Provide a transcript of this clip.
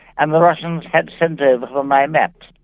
and the russians had sent over for my maps,